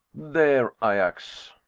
there, ajax!